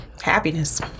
happiness